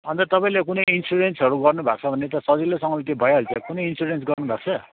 अनि त तपाईँले कुनै इन्सुरेन्सहरू गर्नुभएको छ भने त सजिलोसँगले त्यो भइहाल्छ कुनै इन्सुरेन्स गर्नुभएको छ